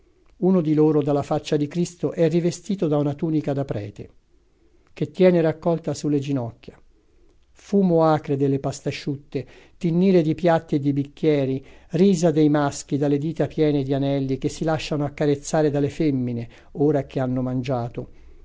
uno di loro dalla faccia di cristo è rivestito da una tunica da prete che tiene raccolta sulle ginocchia fumo acre delle pastasciutte tinnire di piatti e di bicchieri risa dei maschi dalle dita piene di anelli che si lasciano accarezzare dalle femmine ora che hanno mangiato